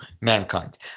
mankind